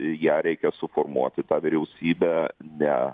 ją reikia suformuoti vyriausybę ne